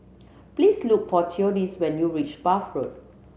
please look for Theodis when you reach Bath Road